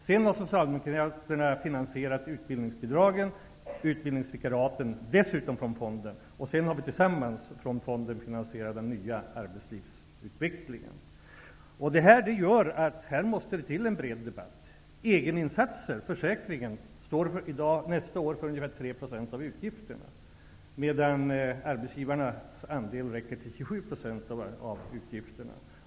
Socialdemokraterna har dessutom finansierat utbildningsbidragen och utbildningsvikariaten med medel från fonden. Tillsammans, har vi finansierat den nya arbetslivsutvecklingen med medel från fonden. Det här innebär att debatten måste bli bred. Egeninsatser, försäkringen, står nästa år för ungefär 3 % av utgifterna, medan arbetsgivarnas andel räcker till 27 % av utgifterna.